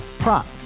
Prop